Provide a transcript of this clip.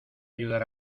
ayudar